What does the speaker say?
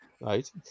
right